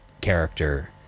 character